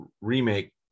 remake